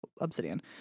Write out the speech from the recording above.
obsidian